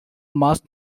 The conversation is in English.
must